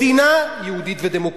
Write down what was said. מדינה יהודית ודמוקרטית,